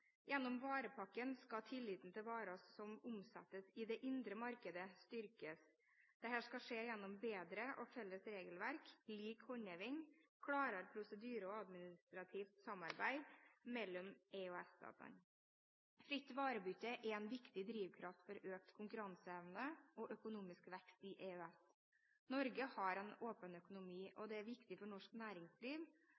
Gjennom varepakken skal tilliten til varer som omsettes i det indre markedet, styrkes. Dette skal skje gjennom bedre og felles regelverk, lik håndheving, klarere prosedyrer og administrativt samarbeid mellom EØS-statene. Fritt varebytte er en viktig drivkraft for økt konkurranseevne og økonomisk vekst i EØS. Norge har en åpen økonomi, og